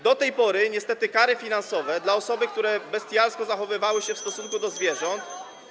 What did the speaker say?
Do tej pory niestety kary finansowe dla osób, które bestialsko zachowywały się w stosunku do zwierząt.